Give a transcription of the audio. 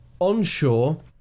onshore